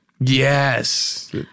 Yes